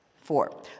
Four